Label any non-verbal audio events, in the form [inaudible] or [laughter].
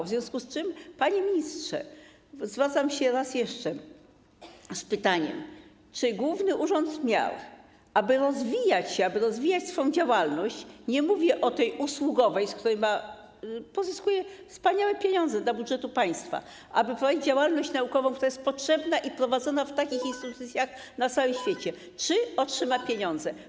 W związku z tym, panie ministrze, zwracam się raz jeszcze z pytaniem, czy Główny Urząd Miar, aby rozwijać się, aby rozwijać swą działalność - nie mówię o tej usługowej, z której pozyskuje wspaniałe pieniądze dla budżetu państwa - aby prowadzić działalność naukową, która jest potrzebna i prowadzona w takich instytucjach [noise] na całym świecie, otrzyma pieniądze.